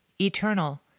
Eternal